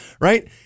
right